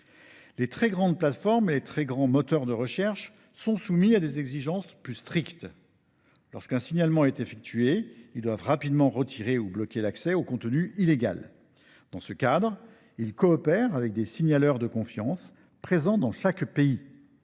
Les très grandes plateformes et les très grands moteurs de recherche sont soumis à des exigences plus strictes. Lorsqu’un signalement est effectué, ils doivent rapidement retirer ou bloquer l’accès au contenu illégal. Dans ce cadre, ils coopèrent avec des « signaleurs de confiance » présents dans chaque pays.